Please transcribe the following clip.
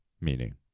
meaning